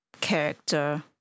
character